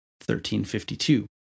1352